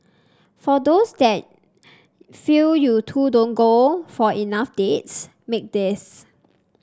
for those that feel you two don't go for enough dates make this